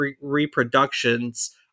reproductions